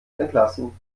entlassen